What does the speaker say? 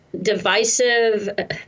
divisive